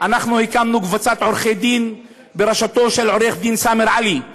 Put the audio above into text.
אנחנו הקמנו קבוצת עורכי-דין בראשותו של עורך-דין סאמר עלי,